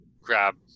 grab